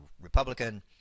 Republican